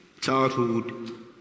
childhood